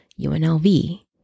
UNLV